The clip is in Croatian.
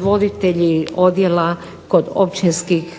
voditelji odjela kod općinskih